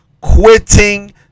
quitting